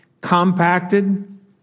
compacted